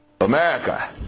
America